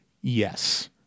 yes